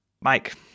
Mike